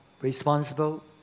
responsible